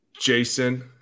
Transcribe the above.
Jason